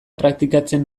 praktikatzen